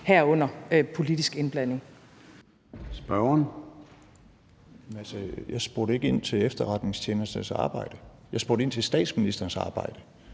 Alex Vanopslagh (LA): Jeg spurgte ikke ind til efterretningstjenesternes arbejde. Jeg spurgte ind til statsministerens arbejde